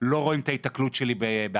לא רואים את ההיתקלות שלי בעזה